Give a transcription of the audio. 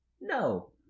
no